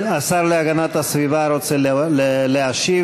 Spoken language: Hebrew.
השר להגנת הסביבה רוצה להשיב.